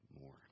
more